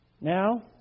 Now